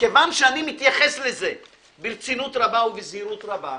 מכיוון שאני מתייחס לזה ברצינות רבה ובזהירות רבה,